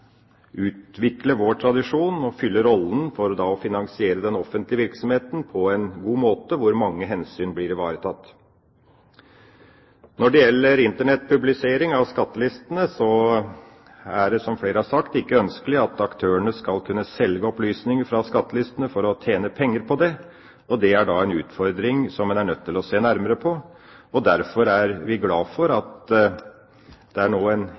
fylle rollen, for da å finansiere den offentlige virksomheten på en god måte, hvor mange hensyn blir ivaretatt. Når det gjelder Internett-publisering av skattelistene, er det, som flere har sagt, ikke ønskelig at aktørene skal kunne selge opplysninger fra skattelistene for å tjene penger på det. Det er da en utfordring som en er nødt til å se nærmere på, og derfor er vi glad for at det nå er enighet om at en